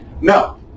No